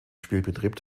spielbetrieb